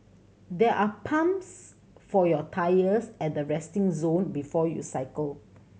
there are pumps for your tyres at the resting zone before you cycle